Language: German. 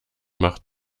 macht